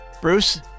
Bruce